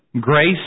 Grace